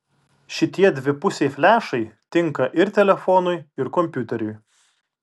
šitie dvipusiai flešai tinka ir telefonui ir kompiuteriui